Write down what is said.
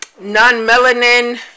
non-melanin